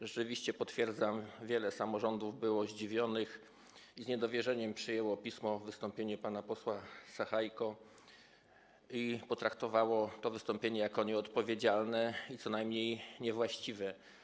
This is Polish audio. Rzeczywiście potwierdzam, że wiele samorządów było zdziwionych, z niedowierzeniem przyjęło pismo, wystąpienie pana posła Sachajki, i potraktowało to wystąpienie jako nieodpowiedzialne i co najmniej niewłaściwe.